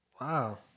Wow